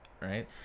right